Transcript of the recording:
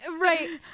Right